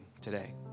today